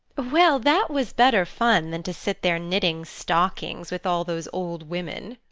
well, that was better fun than to sit there knitting stockings with all those old women.